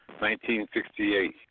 1968